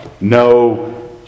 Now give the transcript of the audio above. no